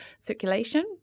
circulation